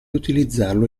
utilizzarlo